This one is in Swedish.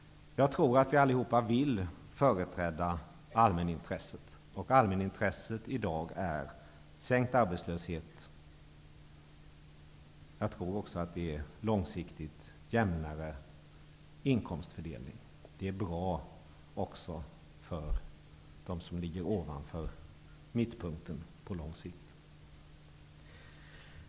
Jag tror att vi allihopa vill företräda allmänintresset, och allmänintresset är i dag sänkt arbetslöshet. Jag tror också att en långsiktigt jämnare inkomstfördelning är bra för dem som ligger ovanför mittpunkten.